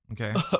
okay